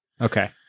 Okay